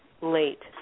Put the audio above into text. late